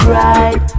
right